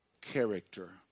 character